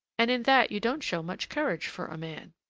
and in that you don't show much courage for a man.